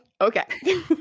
okay